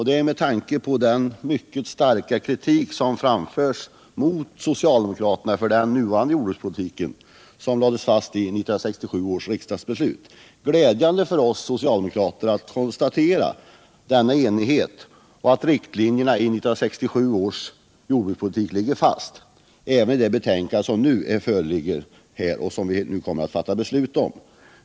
Det är, med tanke på den mycket starka kritik som framförts mot socialdemokraterna för den nuvarande jordbrukspolitiken som lades fast i 1967 års riksdagsbeslut, glädjande för oss socialdemokrater att konstatera denna enighet och att riktlinjerna i 1967 års jordbrukspolitik ligger fast även i det betänkande som nu föreligger och som vi här i dag kommer att fatta beslut om.